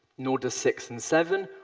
nor does six and seven,